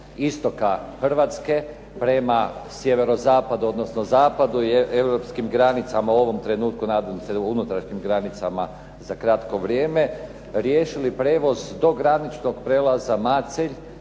istoka Hrvatske, prema sjeverozapadu, odnosno zapadu jer europskim granicama u ovom trenutku, nadam se u unutrašnjim granicama za kratko vrijeme, riješili prijevoz do graničnog prijelaza Macelj